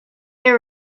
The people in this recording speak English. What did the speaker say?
are